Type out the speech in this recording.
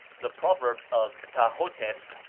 the proverbs of ptah-hotep,